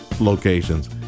locations